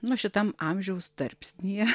nu šitam amžiaus tarpsnyje